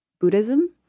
Buddhism